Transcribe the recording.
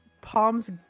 palms